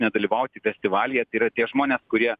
nedalyvauti festivalyje tai yra tie žmonės kurie